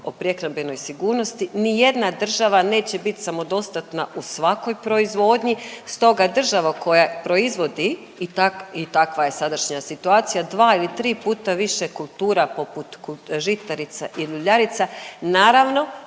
o prehrambenoj sigurnosti, ni jedna država neće bit samodostatna u svakoj proizvodnji stoga država koja proizvodi i takva je sadašnja situacija dva ili tri puta više kultura poput žitarica i uljarica, naravno